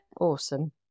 awesome